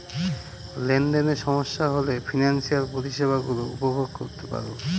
লেনদেনে সমস্যা হলে ফিনান্সিয়াল পরিষেবা গুলো উপভোগ করতে পারবো